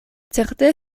certe